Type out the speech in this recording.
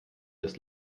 das